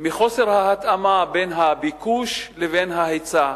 מחוסר ההתאמה בין הביקוש לבין ההיצע.